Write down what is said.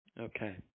Okay